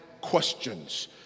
questions